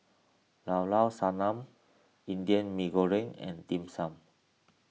Llao Llao Sanum Indian Mee Goreng and Dim Sum